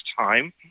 time